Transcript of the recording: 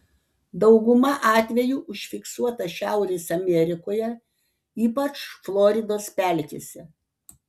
dauguma atvejų užfiksuota šiaurės amerikoje ypač floridos pelkėse